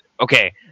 okay